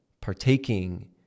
partaking